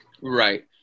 right